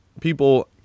People